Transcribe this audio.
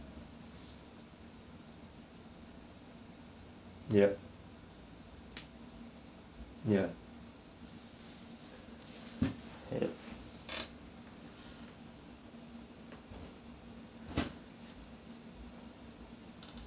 ya ya ya